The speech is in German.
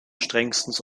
strengstens